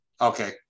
Okay